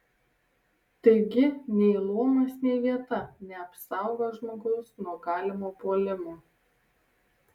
taigi nei luomas nei vieta neapsaugo žmogaus nuo galimo puolimo